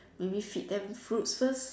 maybe feed them fruit first